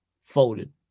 folded